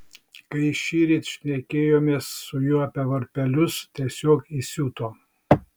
kai šįryt šnekėjomės su juo apie varpelius tiesiog įsiuto